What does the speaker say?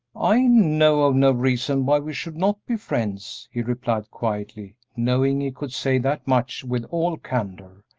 i know of no reason why we should not be friends, he replied, quietly, knowing he could say that much with all candor,